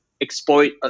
exploit